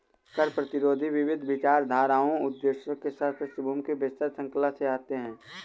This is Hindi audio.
कर प्रतिरोधी विविध विचारधाराओं उद्देश्यों के साथ पृष्ठभूमि की विस्तृत श्रृंखला से आते है